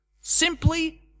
simply